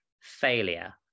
failure